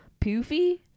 poofy